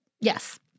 Yes